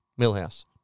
Millhouse